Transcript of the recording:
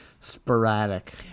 Sporadic